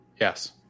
Yes